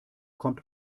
kommt